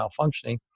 malfunctioning